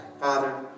Father